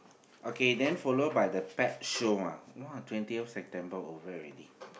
okay then follow by the pet show ah !wah! twentieth September over already